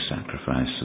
sacrifice